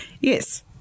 Yes